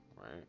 right